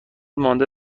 مانده